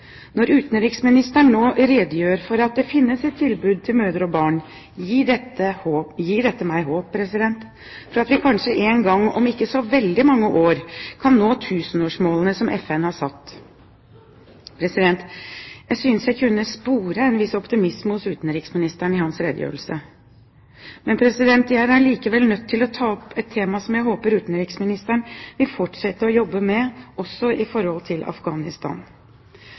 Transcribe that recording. Når utenriksministeren nå redegjør for at det finnes et tilbud til mødre og barn, gir dette meg håp om at vi kanskje en gang, om ikke så veldig mange år, kan nå tusenårsmålene som FN har satt. Jeg synes jeg kunne spore en viss optimisme hos utenriksministeren i hans redegjørelse. Men jeg er likevel nødt til å ta opp et tema som jeg håper utenriksministeren vil fortsette å jobbe med, også i forhold til Afghanistan.